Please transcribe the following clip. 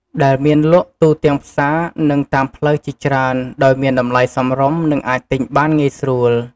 ដែលមានលក់ទូទាំងផ្សារ និងតាមផ្លូវជាច្រើន ដោយមានតម្លៃសមរម្យ និងអាចទិញបានងាយស្រួល។